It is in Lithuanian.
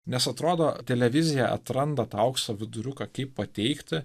nes atrodo televizija atranda tą aukso viduriuką kaip pateikti